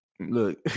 Look